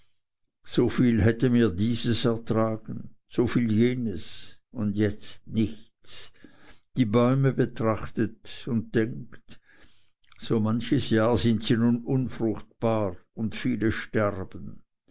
soviel hätte mir dieses ertragen soviel jenes und jetzt nichts die bäume betrachtet und denkt so manches jahr sind sie nun unfruchtbar und viele sterben